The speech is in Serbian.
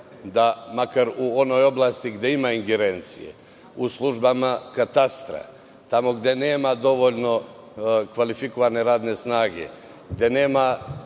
da makar u onoj oblasti gde ima ingerencije, u službama katastra, tamo gde nema dovoljno kvalifikovane radne snage, gde nema